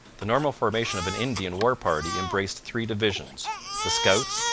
the normal formation of an indian war-party embraced three divisions the scouts,